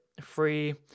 free